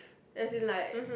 and you like